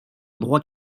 droit